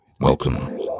Welcome